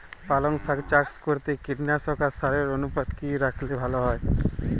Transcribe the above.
পালং শাক চাষ করতে কীটনাশক আর সারের অনুপাত কি রাখলে ভালো হবে?